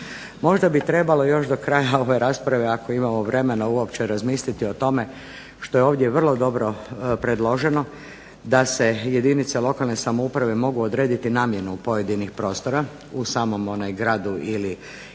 Možda bi trebalo još do kraja ove rasprave ako imamo vremena uopće razmisliti o tome što je ovdje vrlo dobro predloženo da se jedinice lokalne samouprave mogu odrediti u namjenu pojedinih prostora u samom gradu ili